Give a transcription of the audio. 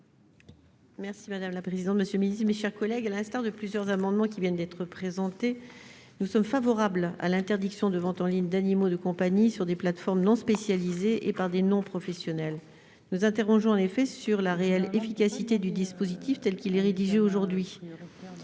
est à Mme Hélène Conway-Mouret. À l'instar des auteurs de plusieurs amendements qui viennent d'être présentés, nous sommes favorables à l'interdiction de la vente en ligne d'animaux de compagnie sur des plateformes non spécialisées et par des non-professionnels. Nous nous interrogeons, en effet, sur la réelle efficacité du dispositif tel qu'il est proposé aujourd'hui.